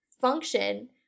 function